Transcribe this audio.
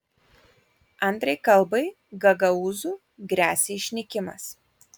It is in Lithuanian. antrai kalbai gagaūzų gresia išnykimas